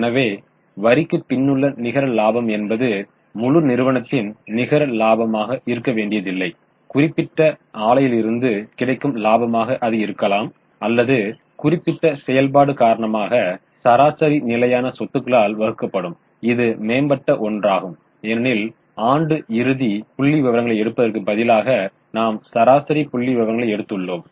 எனவே வரிக்குப் பின்னுள்ள நிகர இலாபம் என்பது முழு நிறுவனத்தின் நிகர இலாபமாக இருக்க வேண்டியதில்லை குறிப்பிட்ட ஆலையிலிருந்து கிடைக்கும் இலாபமாக அது இருக்கலாம் அல்லது குறிப்பிட்ட செயல்பாடு காரணமாக சராசரி நிலையான சொத்துகளால் வகுக்கப்படும் இது மேம்பட்ட ஒன்றாகும் ஏனெனில் ஆண்டு இறுதி புள்ளிவிவரங்களை எடுப்பதற்கு பதிலாக நாம் சராசரி புள்ளிவிவரங்களை எடுத்துள்ளோம்